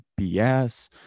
BS